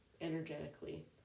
energetically